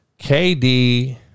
KD